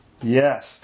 Yes